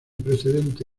precedente